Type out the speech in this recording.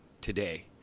today